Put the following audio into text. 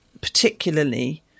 particularly